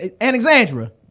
Alexandra